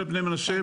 בבני מנשה,